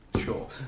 sure